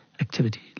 activity